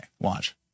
Watch